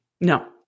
No